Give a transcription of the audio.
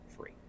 free